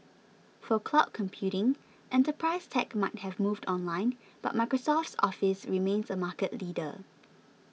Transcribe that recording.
for cloud computing enterprise tech might have moved online but Microsoft's Office remains a market leader